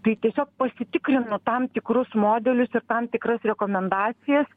tai tiesiog pasitikrinu tam tikrus modelius ir tam tikras rekomendacijas